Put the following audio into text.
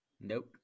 Nope